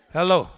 Hello